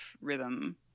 rhythm